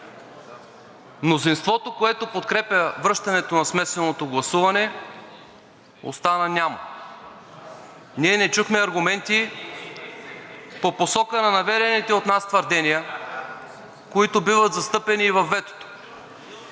Мнозинството, което подкрепя връщането на смесеното гласуване, остана нямо. Ние не чухме аргументи по посока на нашите твърдения, които биват застъпени и във ветото,